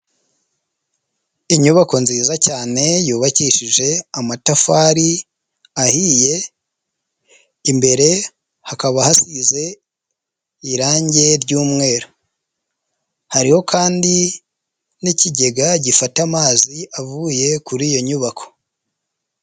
Inyubako nziza cyane, yubakishije amatafari ahiye, imbere hakaba hasize irangi ry'umweru, hariho kandi n'ikigega gifata amazi avuye kuri iyo nyubako.